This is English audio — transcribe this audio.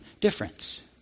difference